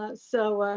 ah so,